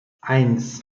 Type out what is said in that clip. eins